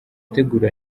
itegura